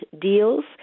deals